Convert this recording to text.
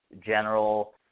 general